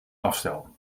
afstel